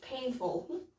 painful